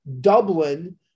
Dublin